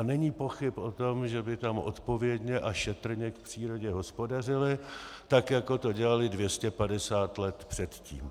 Není pochyb o tom, že by tam odpovědně a šetrně k přírodě hospodařili, tak jako to dělali 250 let předtím.